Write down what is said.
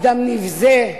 אדם נבזה.